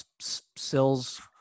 Sills